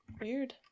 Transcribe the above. Weird